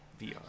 VR